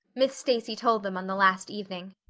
miss stacy told them on the last evening,